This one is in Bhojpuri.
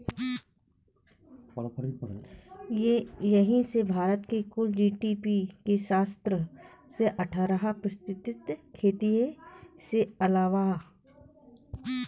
यही से भारत क कुल जी.डी.पी के सत्रह से अठारह प्रतिशत खेतिए से आवला